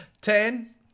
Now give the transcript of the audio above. Ten